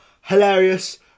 hilarious